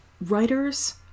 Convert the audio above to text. Writers